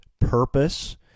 purpose